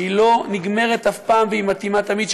שלא נגמרת אף פעם ומתאימה תמיד,